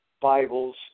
Bibles